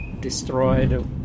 destroyed